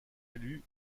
élus